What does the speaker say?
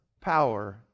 power